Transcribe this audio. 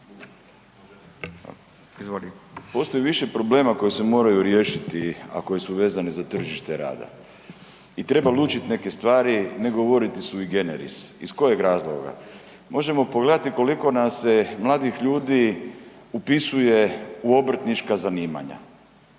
Postoji više problema koji se moraju riješiti, a koji su vezani za tržište rada i trebali učiti neke stvari, ne govoriti sui generis. Iz kojeg razloga? Možemo pogledati koliko nam se mladih ljudi upisuje u obrtnička zanimanja,